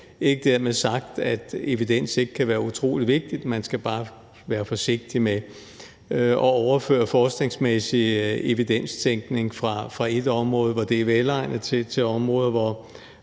ikke sagt, at evidens ikke kan være utrolig vigtigt, men man skal bare være forsigtig med at overføre forskningsmæssig evidenstænkning fra et område, hvor det er velegnet, til områder, hvor